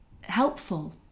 helpful